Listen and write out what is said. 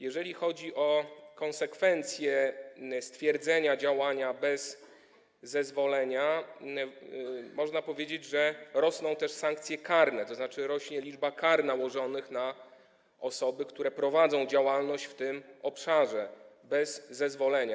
Jeżeli chodzi o konsekwencje stwierdzenia działania bez zezwolenia, można powiedzieć, że rosną też sankcje karne, tzn. rośnie liczba kar nałożonych na osoby, które prowadzą działalność w tym obszarze bez zezwolenia.